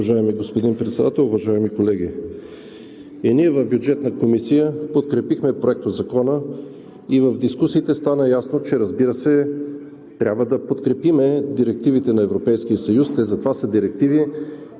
Уважаеми господин Председател, уважаеми колеги! Ние в Бюджетна комисия подкрепихме Законопроекта и в дискусиите стана ясно, разбира се, че трябва да подкрепим директивите на Европейския съюз – те затова са директиви,